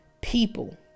people